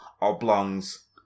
oblongs